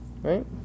right